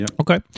Okay